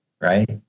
Right